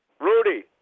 Rudy